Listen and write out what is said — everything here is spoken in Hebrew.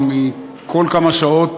או כל כמה שעות,